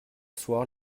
soir